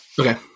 Okay